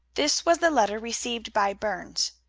this was the letter received by burns